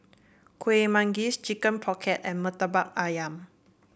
Kueh Manggis Chicken Pocket and Murtabak ayam